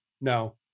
no